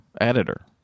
editor